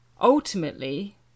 ultimately